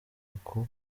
uku